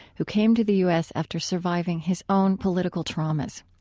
who came to the u s. after surviving his own political traumas.